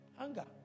Anger